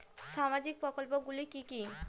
সামাজিক প্রকল্প গুলি কি কি?